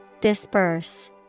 Disperse